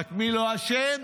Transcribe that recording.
רק מי לא אשם?